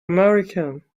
american